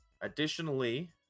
Additionally